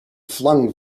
flung